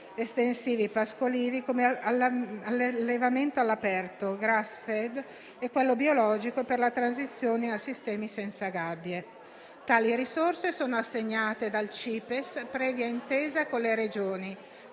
estensivi e pascolivi, come all'allevamento all'aperto *grass-fed* e quello biologico per la transizione a sistemi senza gabbie. Tali risorse sono assegnate dal CIPESS, previa intesa con le Regioni,